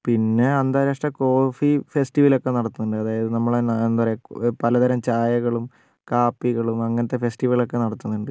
പിന്നെ അന്താരാഷ്ട്ര coffee festival ഒക്കെ നടക്കുത്തുന്നുണ്ട് അതായത് നമ്മളെ തന്നെ എന്താ പറയാ പലതരം ചായകളും കാപ്പികളും അങ്ങനത്തെ ഫെസ്റ്റിവെലൊക്കെ നടത്തുന്നുണ്ട്